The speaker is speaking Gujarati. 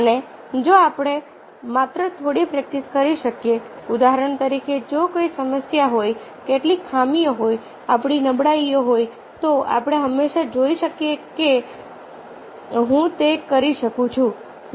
અને જો આપણે માત્ર થોડી પ્રેક્ટિસ કરી શકીએ ઉદાહરણ તરીકે જો કોઈ સમસ્યા હોયકેટલીક ખામીઓ હોય આપણી નબળાઈઓ હોય તો આપણે હંમેશા જોઈ શકીએ છીએ કે હા હું તે કરી શકું છું